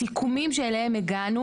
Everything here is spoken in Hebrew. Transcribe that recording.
הסיכומים שאליהם הגענו,